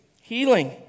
healing